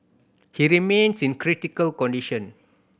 he remains in critical condition